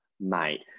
mate